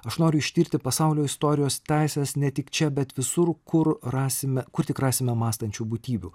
aš noriu ištirti pasaulio istorijos teises ne tik čia bet visur kur rasime kur tik rasime mąstančių būtybių